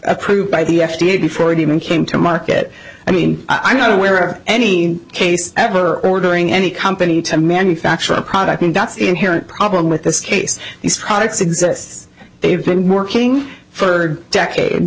approved by the f d a before it even came to market i mean i'm not aware of any case ever ordering any company to manufacture a product that's inherent problem with this case these products exist they've been working for decades